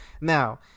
now